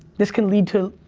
this can lead to,